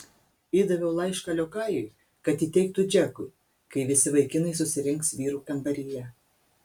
įdaviau laišką liokajui kad įteiktų džekui kai visi vaikinai susirinks vyrų kambaryje